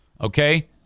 Okay